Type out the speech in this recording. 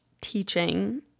teaching